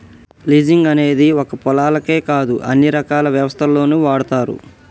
leasing అనేది ఒక్క పొలాలకే కాదు అన్ని రకాల వ్యవస్థల్లోనూ వాడతారు